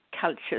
cultures